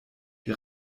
die